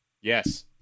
Yes